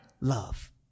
love